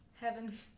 Heaven